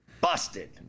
Busted